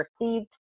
received